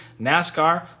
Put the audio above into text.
NASCAR